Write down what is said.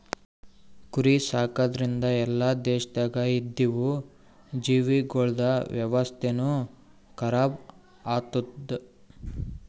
ಕುರಿ ಸಾಕದ್ರಿಂದ್ ಎಲ್ಲಾ ದೇಶದಾಗ್ ಇದ್ದಿವು ಜೀವಿಗೊಳ್ದ ವ್ಯವಸ್ಥೆನು ಖರಾಬ್ ಆತ್ತುದ್